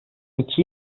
iki